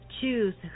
Choose